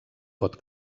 pot